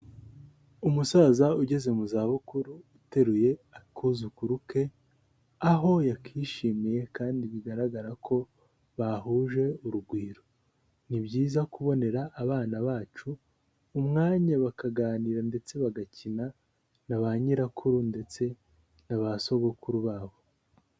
Umusaza ugeze mu zabukuru uteruye akuzukuru ke, aho yakishimiye kandi bigaragara ko bahuje urugwiro, ni byiza kubonera abana bacu umwanya bakaganira ndetse bagakina na ba nyirakuru ndetse na ba sogokuru babo.